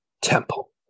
temple